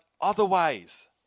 otherwise